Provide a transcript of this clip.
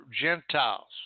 Gentiles